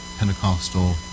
Pentecostal